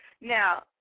now